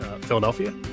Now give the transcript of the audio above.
philadelphia